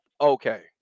okay